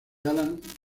alan